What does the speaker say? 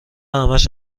همش